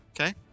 Okay